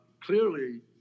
Clearly